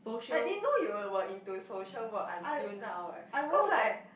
I didn't know you were were into social work until now eh cause like